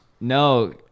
No